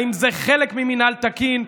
האם זה חלק ממינהל תקין?